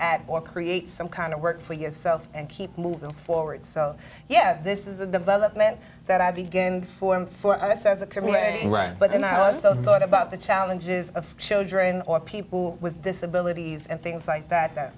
work or create some kind of work for yourself and keep moving forward so yeah this is a development that i begin the form for as a community but then i was so thought about the challenges of children or people with disabilities and things like that that